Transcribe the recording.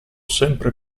sempre